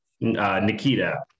Nikita